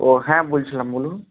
ও হ্যাঁ বলছিলাম বলুন